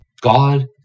God